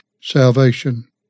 salvation